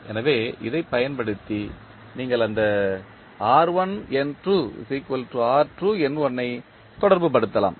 எனவே இதைப் பயன்படுத்தி நீங்கள் அந்த ஐ தொடர்புபடுத்தலாம்